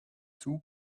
two